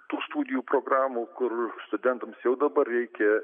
tų studijų programų kur studentams jau dabar reikia